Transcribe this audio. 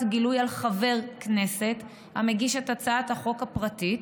גילוי על חבר הכנסת המגיש את הצעת חוק הפרטית,